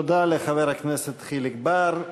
תודה לחבר הכנסת חיליק בר.